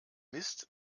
mist